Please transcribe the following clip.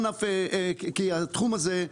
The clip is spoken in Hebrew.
אף אחד לא רצה לקנות אותה כי התחום הזה,